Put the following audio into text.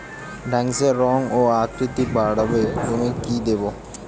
ঢেঁড়সের রং ও আকৃতিতে বাড়াতে জমিতে কি দেবো?